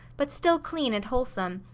but still clean and wholesome,